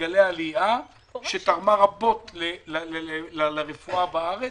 שתרמה רבות לרפואה בארץ,